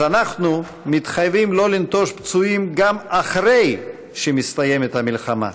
אז אנחנו מתחייבים שלא לנטוש פצועים גם אחרי שמסתיימת המלחמה,